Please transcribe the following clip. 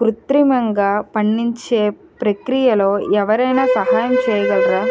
కృత్రిమంగా పండించే ప్రక్రియలో ఎవరైనా సహాయం చేయగలరా?